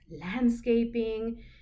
landscaping